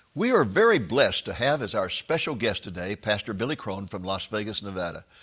we are very blessed to have as our special guest today pastor billy crone from las vegas, nevada.